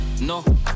No